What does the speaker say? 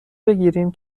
بگیریم